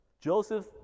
Joseph